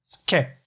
Okay